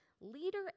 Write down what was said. Leader